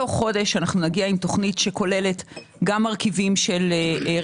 תוך חודש נגיע עם תוכנית שכוללת גם מרכיבי רגולציה,